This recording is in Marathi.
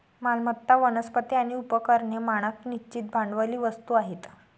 मालमत्ता, वनस्पती आणि उपकरणे मानक निश्चित भांडवली वस्तू आहेत